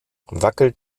wackelt